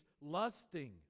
lusting